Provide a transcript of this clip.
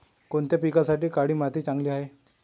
कोणत्या पिकासाठी काळी माती चांगली आहे?